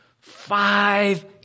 Five